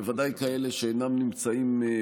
בוודאי כאלה שאינם נמצאים,